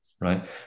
right